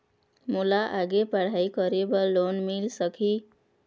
मोला आगे पढ़ई करे बर लोन मिल सकही?